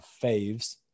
faves